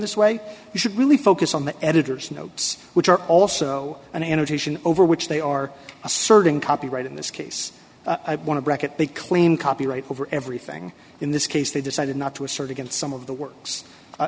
this way you should really focus on the editor's notes which are also an annotation over which they are asserting copyright in this case i want to bracket they claim copyright over everything in this case they decided not to assert against some of the work